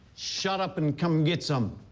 shut up and come get some,